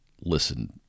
listen